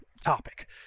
topic